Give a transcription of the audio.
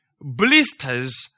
blisters